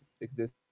exist